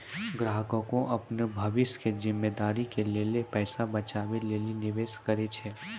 ग्राहकें अपनो भविष्य के जिम्मेदारी के लेल पैसा बचाबै लेली निवेश करै छै